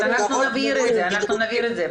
אנחנו נבהיר את זה.